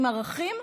עם ערכים,